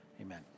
amen